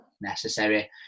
necessary